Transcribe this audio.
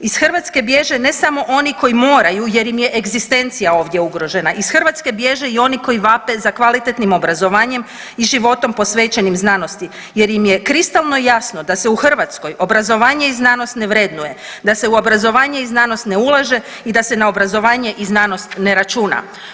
Iz Hrvatske bježe ne samo oni koji moraju jer im egzistencija ovdje ugrožena, iz Hrvatske bježe i oni koji vape za kvalitetnim obrazovanjem i životom posvećenim znanosti jer im je kristalno jasno da se u Hrvatskoj obrazovanje i znanost ne vrednuje, da se u obrazovanje i znanost ne ulaže i da se na obrazovanje i znanost ne računa.